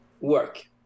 work